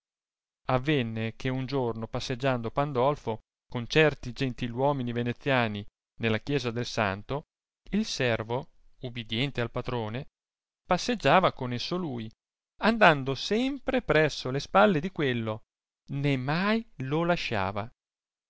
avenne che un giorno passeggiando pandolfo con certi gentil uomini venetiani nella chiesa del santo il servo ubidiente al patrone passeggiava con esso lui andando sempre presso le spalle di quello né mai lo lasciava